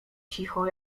cicho